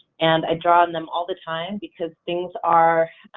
and i draw and them all the time because things are